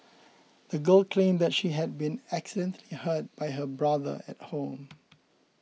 the girl claimed that she had been accidentally hurt by her brother at home